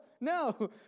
No